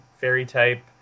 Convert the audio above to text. Fairy-type